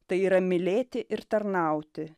tai yra mylėti ir tarnauti